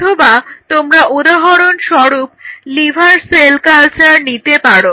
অথবা তোমরা উদাহরণস্বরূপ লিভার সেল কালচার নিতে পারো